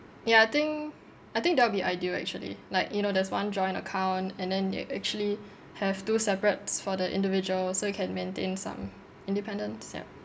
ya I think I think that'll be ideal actually like you know there's one joint account and then you actually have two separates for the individuals so you can maintain some independence ya